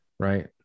right